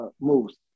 moves